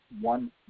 one